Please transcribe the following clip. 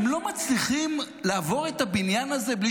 הם לא מצליחים לעבור את הבניין הזה בלי